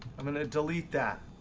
i'm going to delete that.